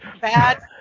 Bad